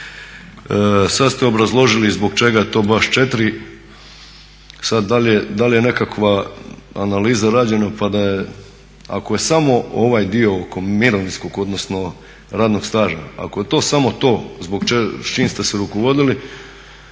Sad ste obrazložili i zbog čega je to baš 4, sad da li je nekakva analiza rađena pa da ako je samo ovaj dio oko mirovinskog, odnosno radnog staža ako je to samo to s čim ste se rukovodili